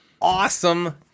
awesome